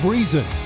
Reason